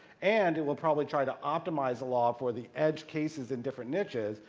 and it will probably try to optimize a law for the edge cases in different niches.